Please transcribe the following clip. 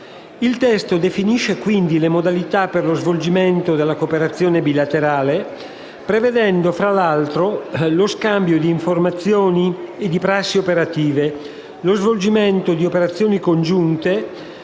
Il testo definisce quindi le modalità per lo svolgimento della cooperazione bilaterale, prevedendo, fra l'altro, lo scambio di informazioni e di prassi operative, lo svolgimento di operazioni congiunte